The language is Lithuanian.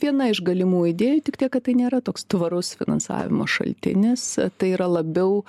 viena iš galimų idėjų tik tiek kad tai nėra toks tvarus finansavimo šaltinis tai yra labiau